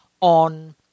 on